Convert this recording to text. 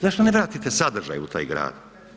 Zašto ne vratite sadržaj u taj grad?